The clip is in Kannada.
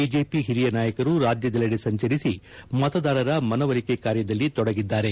ಬಿಜೆಪಿ ಹಿರಿಯ ನಾಯಕರು ರಾಜ್ಯದೆಲ್ಲೆಡೆ ಸಂಚರಿಸಿ ಮತದಾರರ ಮನವೊಲಿಕೆ ಕಾರ್ಯದಲ್ಲಿ ತೊಡಗಿದ್ದಾರೆ